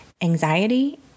Anxiety